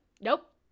Nope